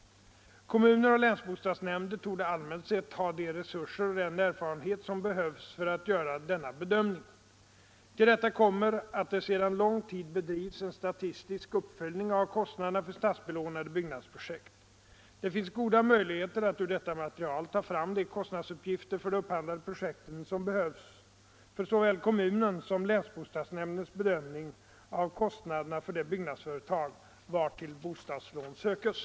Kommuner och länsbostadsnämnder torde allmänt sett ha de resurser och den erfarenhet som behövs för att göra denna bedömning. Till detta kommer att det sedan lång tid bedrivs en statistisk uppföljning av kostnaderna för statsbelånade byggnadsprojekt. Det finns goda möjligheter att ur detta material ta fram de kostnadsuppgifter för de upphandlade projekten som behövs för såväl kommunens som länsbostadsnämndens bedömning av kostnaderna för det byggnadsföretag vartill bostadslån sökes.